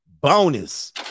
bonus